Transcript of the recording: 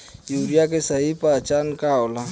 Urea के सही पहचान का होला?